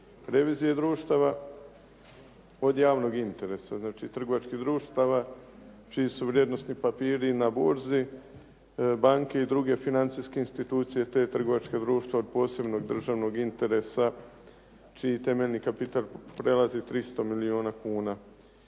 revizije društava od javnog interesa. Znači trgovačkih društava čiji su vrijednosni papiri na burzi, banke i druge financijske institucije, te trgovačka društva od posebnog državnog interesa čiji temeljni kapital prelazi 300 milijuna kuna.